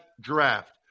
draft